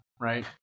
right